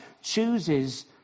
chooses